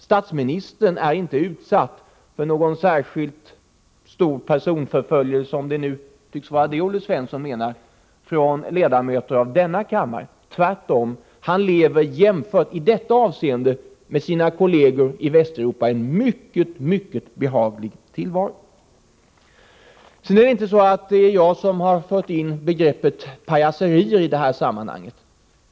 Statsminister Olof Palme är inte utsatt för någon personförföljelse, om det nu tycks vara det Olle Svensson menade, från ledamöterna i denna kammare. Tvärtom, han lever i det avseendet jämfört med sina kolleger i Västeuropa i en mycket behaglig tillvaro. Det är inte så att det är jag som har infört begreppet pajaseri i detta sammanhang.